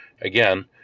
again